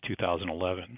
2011